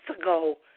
ago